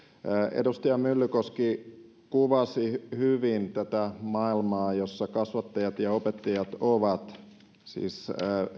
edustaja myllykoski kuvasi hyvin tätä maailmaa jossa kasvattajat ja opettajat ovat siis